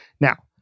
Now